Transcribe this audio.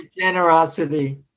generosity